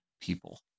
people